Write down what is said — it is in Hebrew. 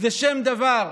היא שם דבר.